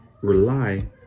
rely